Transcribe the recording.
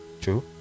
True